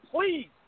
please